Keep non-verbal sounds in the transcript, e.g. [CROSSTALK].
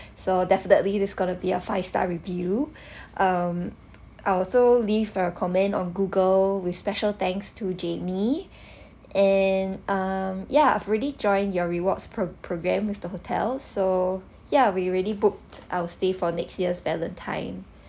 so definitely there's gonna be a five star review um I also leave a comment on google with special thanks to jamie and [BREATH] uh yeah I've already join your rewards pro~ program with the hotel so ya we already booked our stay for next year's valentine